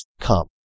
come